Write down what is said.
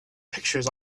pictures